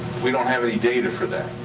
we don't have any data for that.